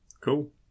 Cool